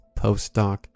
postdoc